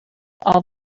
all